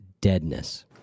deadness